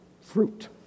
fruit